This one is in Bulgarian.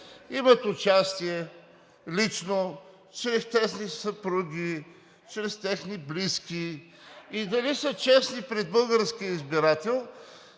лично участие чрез техните съпруги, чрез техните близки и дали са честни пред българския избирател.